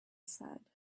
said